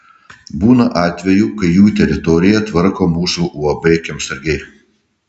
būna atvejų kai jų teritoriją tvarko mūsų uab kiemsargiai